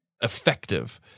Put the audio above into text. effective